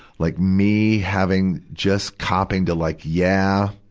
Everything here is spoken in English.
like me having, just copping to like yeah.